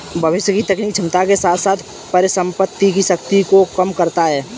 भविष्य की तकनीकी क्षमता के साथ साथ परिसंपत्ति की शक्ति को कम करता है